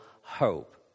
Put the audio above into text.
hope